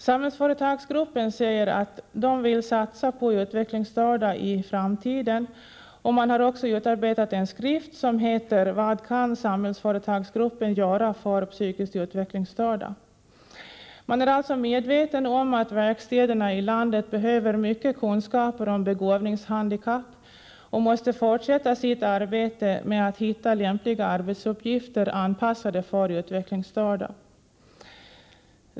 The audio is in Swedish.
Samhällsföretagsgruppen säger att man vill satsa på utvecklingsstörda i framtiden och har också utarbetat en skrift som heter ”Vad kan Samhällsföretagsgruppen göra för psykiskt utvecklingsstörda?”. Man är alltså medveten om att verkstäderna i landet behöver mycket kunskaper om begåvningshandikapp och måste fortsätta sitt arbete med att hitta lämpliga arbetsuppgifter anpassade för utvecklingsstörda.